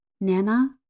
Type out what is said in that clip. Nana